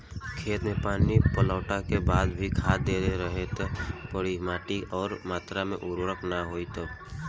खेत मे पानी पटैला के बाद भी खाद देते रहे के पड़ी यदि माटी ओ मात्रा मे उर्वरक ना होई तब?